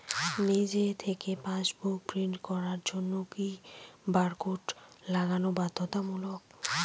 নিজে থেকে passbook print করার জন্য কি বারকোড লাগানো বাধ্যতামূলক?